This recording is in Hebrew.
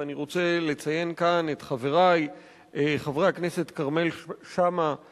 אני רוצה לציין כאן את חברי חבר הכנסת כרמל שאמה-הכהן,